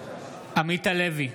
עמית הלוי,